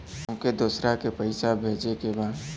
हमके दोसरा के पैसा भेजे के बा?